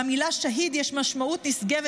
למילה "שהיד" יש משמעות נשגבת,